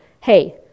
hey